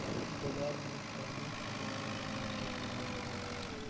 बाजार मे कौना समय मे टमाटर के भाव बढ़ेले?